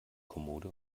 kommode